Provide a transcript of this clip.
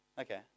Okay